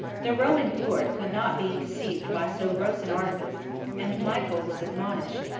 the roman court could not be deceived by so gross an artifice and michael was admonished,